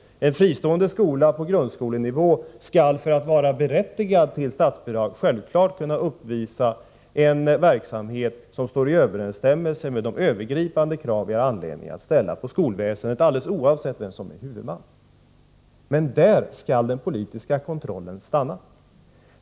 En fristående skola på grundskolenivå skall för att vara berättigad till statsbidrag självfallet kunna uppvisa en verksamhet som står i överensstämmelse med de övergripande krav vi har anledning att ställa på skolväsendet, alldeles oavsett vem som är huvudman. Men där skall den politiska kontrollen stanna.